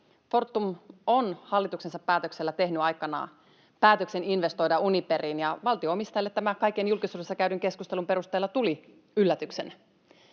Fortum on hallituksensa päätöksellä tehnyt aikanaan päätöksen investoida Uniperiin, ja valtio-omistajalle se tämän kaiken julkisuudessa käydyn keskustelun perusteella tuli yllätyksenä.